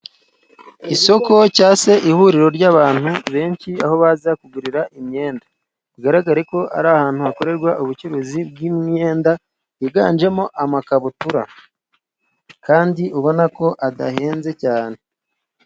Isoko cyangwa se ihuriro ry'abantu benshi aho baza ku kugurira imyenda, bigaragareko ari ahantu hakorerwa ubucuruzi bw'imyenda, yiganjemo amakabutura kandi ubonako adahenze cyane.